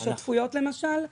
בשותפויות למשל,